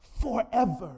forever